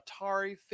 Atari